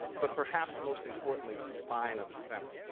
but perhaps, most importantly the spine of the center,